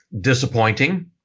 disappointing